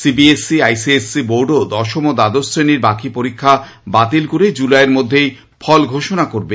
CBSE ICSE বোর্ডও দশম ও দ্বাদশ শ্রেণীর বাকী পরীক্ষা বাতিল করে জুলাই এর মধ্যেই ফল ঘোষণা করবে